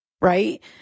right